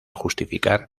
justificar